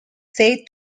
said